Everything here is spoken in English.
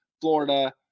Florida